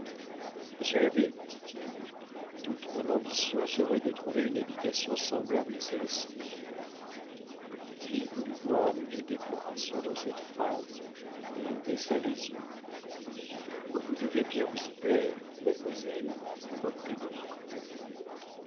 monsieur l'abbé dit-il toute mon ambition serait de trouver une habitation semblable à celle-ci la vieille fille voulut voir une déclaration dans cette phrase et baissa les yeux vous devez bien vous y plaire mademoiselle reprit le vicomte